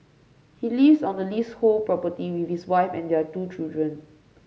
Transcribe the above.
he lives on the leasehold property with his wife and their two children